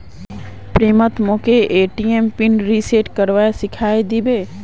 प्रीतम मोक ATM pin reset करवा सिखइ दी बे